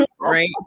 Right